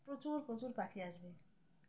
প্রচুর প্রচুর পাখি আসবে